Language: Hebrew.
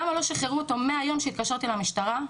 למה לא שחררו אותו מהיום שהתקשרתי למשטרה,